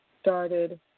started